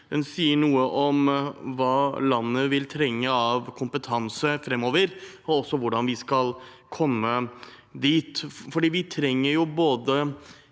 den sier noe om hva landet vil trenge av kompetanse framover, og også hvordan vi skal komme dit. Vi trenger hendene,